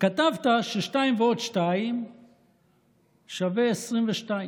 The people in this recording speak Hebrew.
כתבת ש-2 ועוד 2 שווה 22,